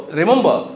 remember